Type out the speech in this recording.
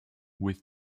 with